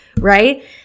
right